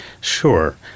Sure